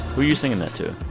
are you singing that to?